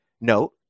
note